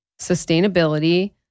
sustainability